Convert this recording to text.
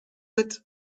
bit